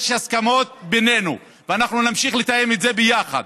יש הסכמות בינינו, ואנחנו נמשיך לתאם את זה ביחד